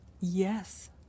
Yes